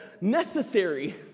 necessary